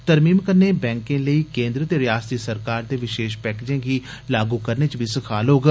तरमीम कन्नै बैंकें लेई केन्द्र ते रयासती सरकार दे विशेष पैकेर्जे गी लागू करने च सखाल होग